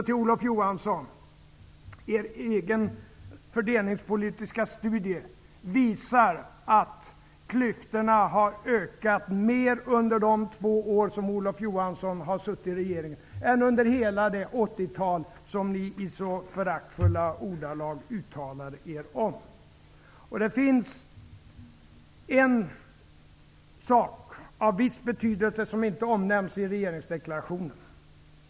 Till Olof Johansson vill jag säga följande: Er egen fördelningspolitiska studie visar att klyftorna har ökat mer under de två år som Olof Johansson har suttit i regeringen än under hela det 80-tal som ni i så föraktfulla ordalag uttalar er om. Det finns en sak av viss betydelse som inte omnämns i regeringsdeklarationen.